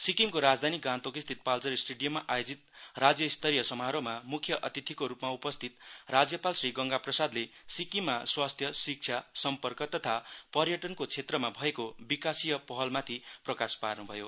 सिक्किमको राजधानी गान्तोकस्थित पाल्जर स्टेडियममा आयोजित राज्यस्तरीय समारोहमा मुख्य अतिथिको रूपमा उपस्थित राज्यपाल श्री गेगा प्रसादले सिक्किममा स्वास्थ्य शिक्षा सम्पर्क तथा पर्यटनको क्षेत्रमा भएको विकासीय पहलमाथि प्रकाश पार्नुभयो